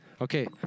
Okay